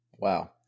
Wow